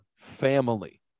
Family